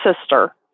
sister